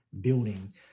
building